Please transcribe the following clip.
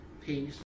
peace